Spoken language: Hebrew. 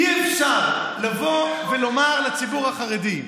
אי-אפשר לבוא ולומר לציבור החרדי,